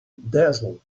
dazzled